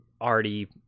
already